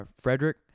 Frederick